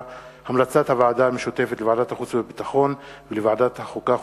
הוועדה המשותפת לוועדת החוץ והביטחון ולוועדת החוקה,